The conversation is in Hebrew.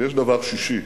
ויש דבר שישי,